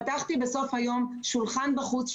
פתחתי בסוף היום שולחן שוק בחוץ,